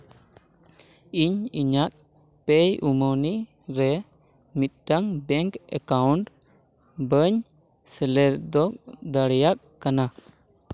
ᱤᱧ ᱤᱧᱟᱹᱜ ᱯᱮ ᱩᱢᱟᱹᱱᱤ ᱨᱮ ᱢᱤᱫᱴᱟᱝ ᱵᱮᱝᱠ ᱮᱠᱟᱣᱩᱱᱴ ᱵᱟᱹᱧ ᱥᱮᱞᱮᱫᱚᱜ ᱫᱟᱲᱮᱭᱟᱜ ᱠᱟᱱᱟ